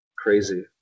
crazy